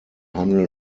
handel